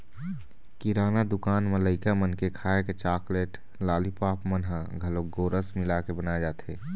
किराना दुकान म लइका मन के खाए के चाकलेट, लालीपॉप मन म घलोक गोरस मिलाके बनाए जाथे